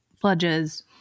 pledges